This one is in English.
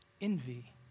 envy